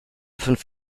fünf